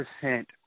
percent